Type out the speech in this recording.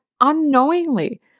unknowingly